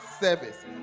service